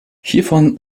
hiervon